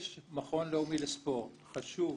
יש מכון לאומי לספורט, חשוב.